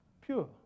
pure